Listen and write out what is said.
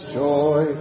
joy